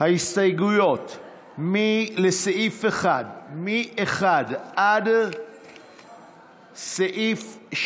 ההסתייגויות לסעיף 1, מ-1 עד 8,